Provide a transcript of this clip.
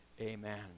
amen